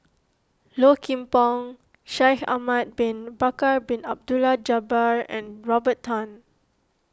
Low Kim Pong Shaikh Ahmad Bin Bakar Bin Abdullah Jabbar and Robert Tan